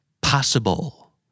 Possible